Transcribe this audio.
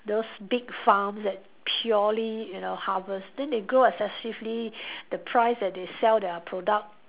those big farms that purely you know harvest then they grow excessively the price that they sell their product